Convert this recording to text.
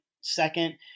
Second